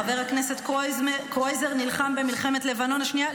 חבר הכנסת קרויזר נלחם במלחמת לבנון השנייה.